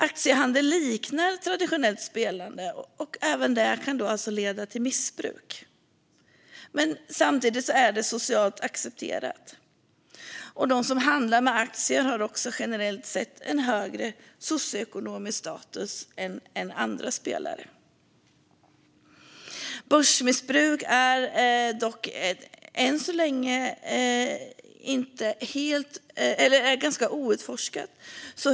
Aktiehandel liknar traditionellt spelande, och även det kan alltså leda till missbruk. Samtidigt är det socialt accepterat, och de som handlar med aktier har generellt sett högre socioekonomisk status än andra spelare. Börsmissbruk är dock än så länge ganska outforskat.